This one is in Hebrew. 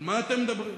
על מה אתם מדברים?